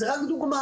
זאת רק דוגמה.